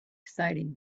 exciting